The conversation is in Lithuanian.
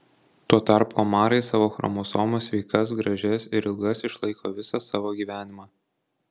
tuo tarpu omarai savo chromosomas sveikas gražias ir ilgas išlaiko visą savo gyvenimą